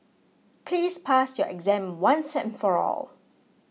please pass your exam once and for all